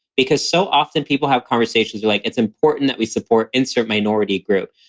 because so often people have conversations like it's important that we support insert minority group.